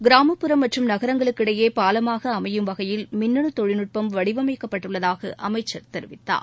கிராமப்புறம் மற்றும் நகரங்களுக்கிடையே பாலமாக அமையும் வகையில் மின்னனு தொழில் நட்பம் வடிவமைக்கப்பட்டுள்ளதாக அமைச்சர் தெரிவித்தார்